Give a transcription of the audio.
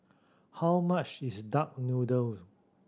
how much is duck noodle